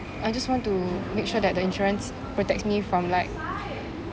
I just want to make sure that the insurance protects me from like